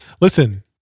listen